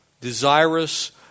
desirous